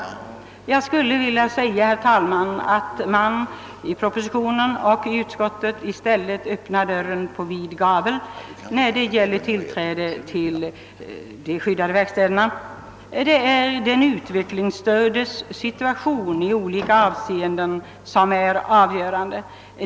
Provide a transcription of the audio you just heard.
Jag skulle vilja säga, herr talman, att man i propositionen och i utskottets förslag i stället öppnar dörren på vid gavel vad beträffar tillträde till de skyddade verkstäderna för de utvecklingsstörda. Det är den utvecklingsstördes situation i olika avseenden som är avgörande.